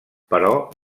però